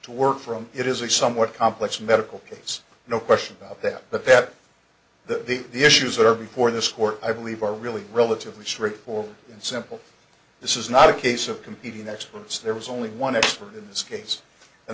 to work from it is a somewhat complex medical case no question about that but that the issues that are before this court i believe are really relatively straightforward and simple this is not a case of competing experts there was only one expert in this case and